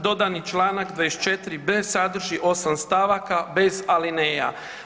Dodani članak 24b. sadrži 8 stavaka bez alineja.